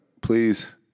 please